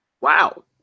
Wow